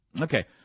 okay